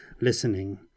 listening